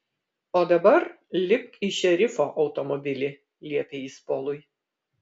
o dabar lipk į šerifo automobilį liepė jis polui